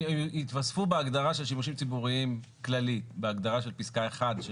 הם יתווספו בהגדרה של שימושים ציבוריים כללי בהגדרה של פסקה 1 של